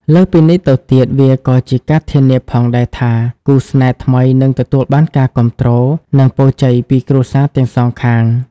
លើសពីនេះទៅទៀត វាក៏ជាការធានាផងដែរថា គូស្នេហ៍ថ្មីនឹងទទួលបានការគាំទ្រ និងពរជ័យពីគ្រួសារទាំងសងខាង។